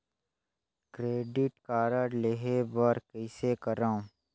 Credit card लेहे बर कइसे करव?